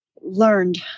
learned